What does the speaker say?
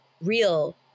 real